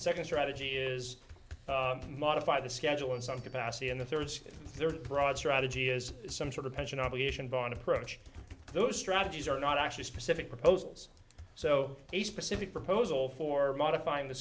second strategy is to modify the schedule in some capacity and the third there broad strategy is some sort of pension obligation but on approach those strategies are not actually specific proposals so a specific proposal for modifying the